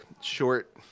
short